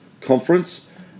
Conference